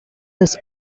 his